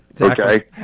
okay